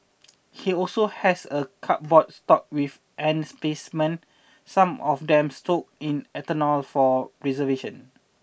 he also has a cupboard stocked with ant specimens some of them soaked in ethanol for preservation